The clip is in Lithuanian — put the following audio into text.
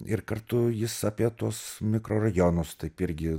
ir kartu jis apie tuos mikrorajonus tai irgi